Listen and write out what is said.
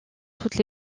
toutes